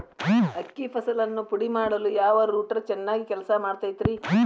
ಅಕ್ಕಿ ಮಾಡಿದ ಫಸಲನ್ನು ಪುಡಿಮಾಡಲು ಯಾವ ರೂಟರ್ ಚೆನ್ನಾಗಿ ಕೆಲಸ ಮಾಡತೈತ್ರಿ?